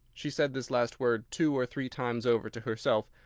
she said this last word two or three times over to herself,